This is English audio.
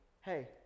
hey